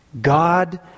God